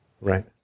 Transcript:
Right